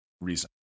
reason